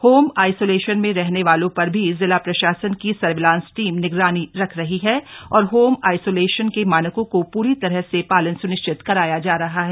home isolation में रहने वालों पर भी जिला प्रशासन की सर्विलांस टीम निगरानी रख रही है और होम आइसोलशन के मानकों का पूरी तरह से पालन स्निश्चित कराया जा रहा है